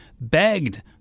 begged